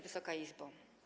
Wysoka Izbo!